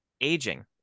aging